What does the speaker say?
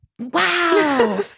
wow